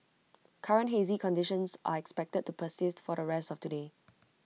current hazy conditions are expected to persist for the rest of today